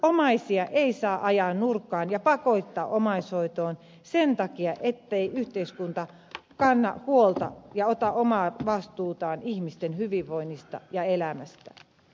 omaisia ei saa ajaa nurkkaan ja pakottaa omaishoitoon sen takia ettei yhteiskunta kanna huolta ja ota omaa vastuutaan ihmisten hyvinvoinnista ja elämästä